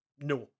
No